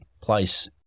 place